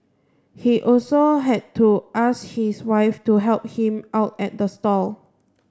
he also had to ask his wife to help him out at the stall